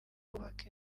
kubaka